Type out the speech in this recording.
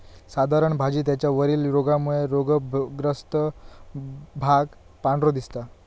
साधारण भाजी त्याच्या वरील रोगामुळे रोगग्रस्त भाग पांढरो दिसता